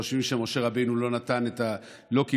קדימה, נפסיק לכם בבת אחת את החל"ת, ולכו